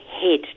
head